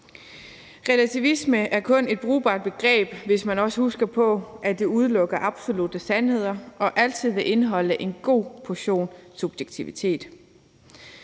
Relativisme er kun et brugbart begreb, hvis man også husker på, at det udelukker absolutte sandheder og altid vil indeholde en god portion subjektivitet.